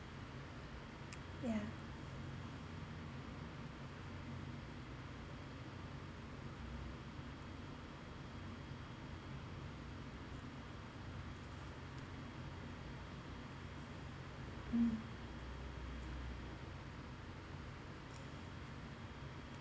yeah mm